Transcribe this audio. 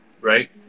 right